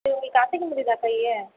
சரி உங்களுக்கு அசைக்க முடியிதா கையை